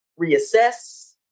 reassess